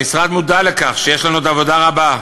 המשרד מודע לכך שיש לנו עוד עבודה רבה,